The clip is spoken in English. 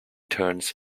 turns